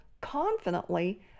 confidently